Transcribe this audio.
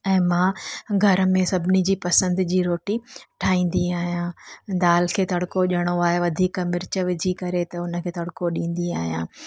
ऐं मां घर में सभिनी जी पसंदि जी रोटी ठाहींदी आहियां दाल खे तड़को ॾियणो आहे वधीक मिर्च विझी करे त उनखे तड़को ॾींदी आहियां